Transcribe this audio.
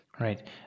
Right